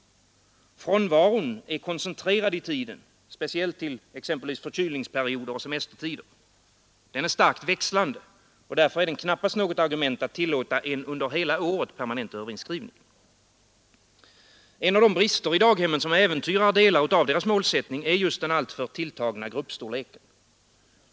Frånvaron är koncentrerad i tiden till speciellt förkylningsperioder och semestertider. Den är starkt växlande. Därför är den knappast något argument för att tillåta en under hela året permanent överinskrivning. En av de brister i daghemmen som äventyrar delar av deras målsättning är just den alltför tilltagna gruppstorleken.